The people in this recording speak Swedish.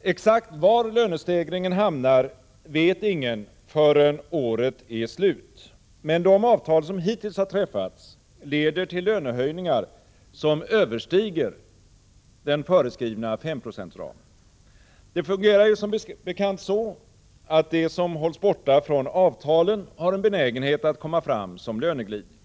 Exakt var lönestegringen hamnar vet ingen förrän året är slut. Men de avtal som hittills har träffats leder till lönehöjningar som överstiger den föreskrivna femprocentsramen. Det fungerar ju som bekant så att det som hålls borta från avtalen har en benägenhet att komma fram som löneglidning.